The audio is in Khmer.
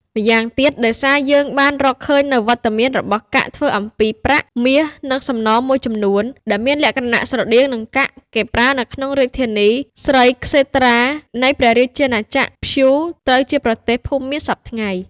ម្យ៉ាងទៀត ដោយសារយើងបានរកឃើញនូវវត្តមានរបស់កាក់ ធ្វើអំពីប្រាក់ មាស និង សំណមួយចំនួន ដែលមានលក្ខណៈស្រដៀងនឹងកាក់គេប្រើនៅក្នុងរាជធានី ស្រីក្សេត្រា នៃព្រះរាជាណាចក្រ ព្យូ ត្រូវជាប្រទេសភូមាសព្វថ្ងៃនេះ ។